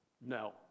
No